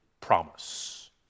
promise